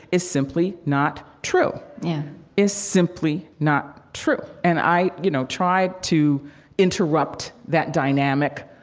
is simply not true yeah is simply not true. and i, you know, tried to interrupt that dynamic,